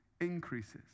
increases